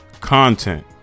content